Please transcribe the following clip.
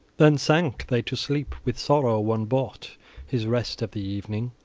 then sank they to sleep. with sorrow one bought his rest of the evening,